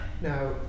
now